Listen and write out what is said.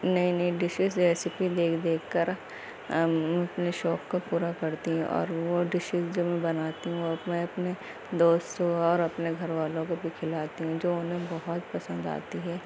نئی نئی dishes recipe دیکھ دیکھ کر اپنے شوق کو پورا کرتی ہوں اور وہ ڈشیز جو میں بناتی ہوں وہ میں اپنے دوستوں اور اپنے گھر والوں کو بھی کھلاتی ہوں جو انہیں بہت پسند آتی ہے